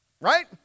right